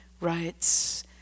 writes